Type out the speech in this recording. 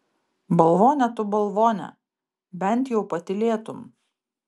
balvone tu balvone bent jau patylėtum